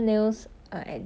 oh ya true